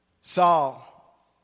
Saul